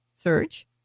search